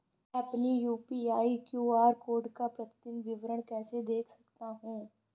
मैं अपनी UPI QR code का प्रतीदीन विवरण कैसे देख सकता हूँ?